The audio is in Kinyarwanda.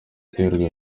guterwa